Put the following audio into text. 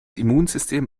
immunsystem